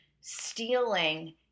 stealing